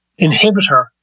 inhibitor